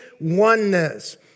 oneness